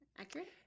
accurate